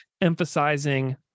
emphasizing